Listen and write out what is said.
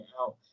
out